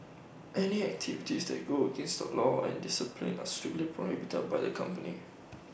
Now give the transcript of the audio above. any activities that go against the law and discipline are strictly prohibited by the company